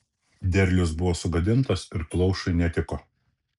derlius buvo sugadintas ir plaušui netiko